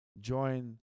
join